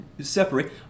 separate